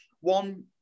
one